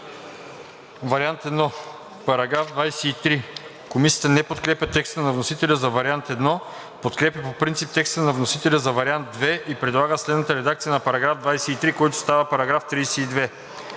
„Вариант I –§ 23“. Комисията не подкрепя текста на вносителя за Вариант I, подкрепя по принцип текста на вносителя за Вариант II и предлага следната редакция на § 23, който става § 32: „§ 32.